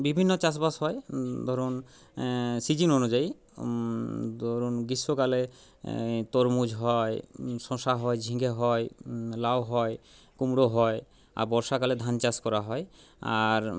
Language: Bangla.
বিভিন্ন চাষ বাস হয় ধরুন সিজন অনুযায়ী ধরুন গ্রীষ্মকালে তরমুজ হয় শসা হয় ঝিঙে হয় লাউ হয় কুমড়ো হয় আর বর্ষাকালে ধান চাষ করা হয় আর